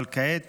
אבל כעת